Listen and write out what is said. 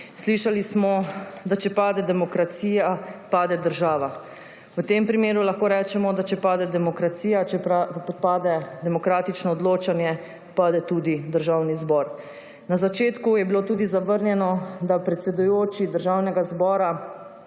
Slišali smo, da če pade demokracija, pade država. V tem primeru lahko rečemo, da če pade demokracija, če pade demokratično odločanje, pade tudi Državni zbor. Na začetku je bilo tudi zavrnjeno, da predsedujoči Državnega zbora